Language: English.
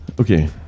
Okay